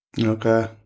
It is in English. Okay